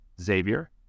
Xavier